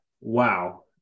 wow